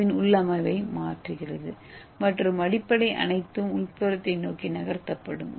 ஏவின் உள்ளமைவை மாற்றுகிறது மற்றும் அடிப்படை அனைத்தும் உட்புறத்தை நோக்கி நகர்த்தப்படும்